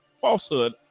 falsehood